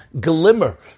glimmer